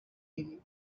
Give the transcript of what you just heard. anything